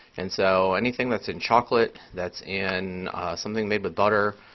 and so anything that's in chocolate, that's in something made with butter,